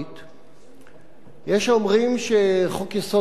יש האומרים שחוק-יסוד: כבוד האדם וחירותו